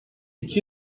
iki